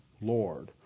Lord